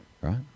right